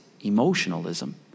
emotionalism